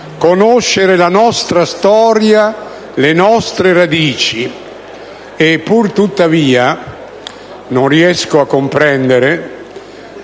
conoscere la nostra storia, le nostre radici. Purtuttavia, non riesco a comprendere,